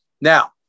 Now